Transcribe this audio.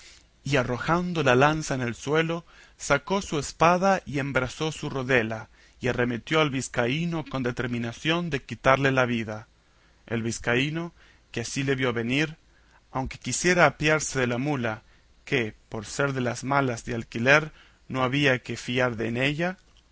y arrojando la lanza en el suelo sacó su espada y embrazó su rodela y arremetió al vizcaíno con determinación de quitarle la vida el vizcaíno que así le vio venir aunque quisiera apearse de la mula que por ser de las malas de alquiler no había que fiar en ella